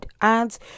ads